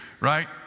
right